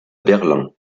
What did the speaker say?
berlin